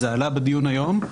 זה עלה בדיון היום.